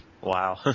Wow